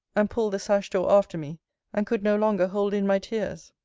and pulled the sash-door after me and could no longer hold in my tears.